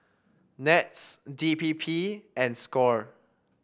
NETS D P P and Score